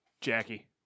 Jackie